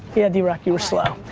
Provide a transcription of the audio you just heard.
yeah, drock, you were slow.